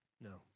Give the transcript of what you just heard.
no